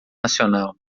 nacional